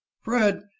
fred